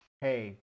Hey